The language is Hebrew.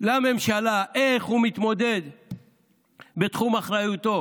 לממשלה איך הוא מתמודד בתחום אחריותו